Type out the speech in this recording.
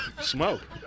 smoke